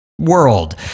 world